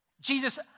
Jesus